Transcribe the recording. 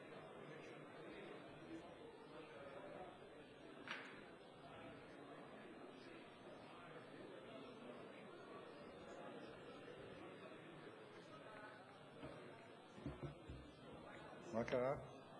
מה קרה?